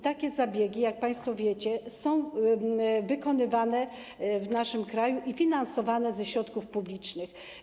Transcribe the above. Takie zabiegi, jak państwo wiecie, są wykonywane w naszym kraju i finansowane ze środków publicznych.